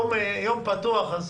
אז...